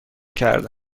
کرده